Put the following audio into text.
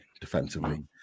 defensively